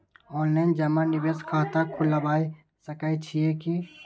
Online जमा निवेश खाता खुलाबय सकै छियै की?